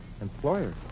Employers